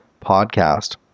podcast